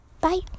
Bye